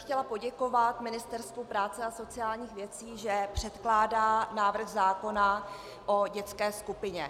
Chtěla bych poděkovat Ministerstvu práce a sociálních věcí, že předkládá návrh zákona o dětské skupině.